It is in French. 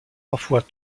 parfois